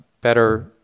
better